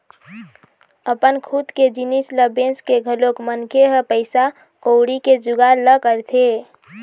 अपन खुद के जिनिस ल बेंच के घलोक मनखे ह पइसा कउड़ी के जुगाड़ ल करथे